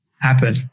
happen